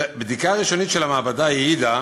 בדיקה ראשונית של המעבדה העידה